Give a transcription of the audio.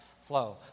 flow